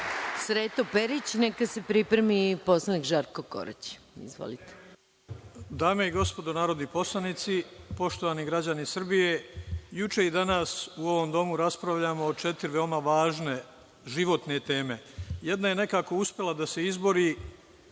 Sreto Perić, a neka se pripremi poslanik Žarko Korać. Izvolite. **Sreto Perić** Dame i gospodo narodni poslanici, poštovani građani Srbije, juče i danas u ovom domu raspravljamo o četiri veoma važne životne teme. Jedna je nekako uspela da se izbori,